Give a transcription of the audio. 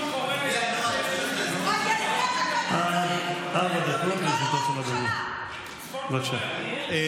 ארבע דקות לרשותו של אדוני, בבקשה.